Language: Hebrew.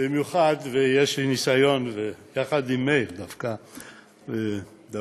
במיוחד, ויש לי ניסיון עם מאיר, דווקא בשמחה.